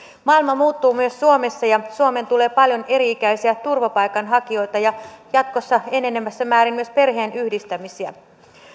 maailma muuttuu myös suomessa ja suomeen tulee paljon eri ikäisiä turvapaikanhakijoita ja jatkossa enenevässä määrin myös perheenyhdistämisiä